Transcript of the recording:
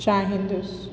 चाहींदसि